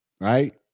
right